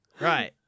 right